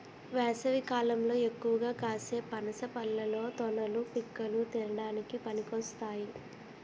వేసవికాలంలో ఎక్కువగా కాసే పనస పళ్ళలో తొనలు, పిక్కలు తినడానికి పనికొస్తాయి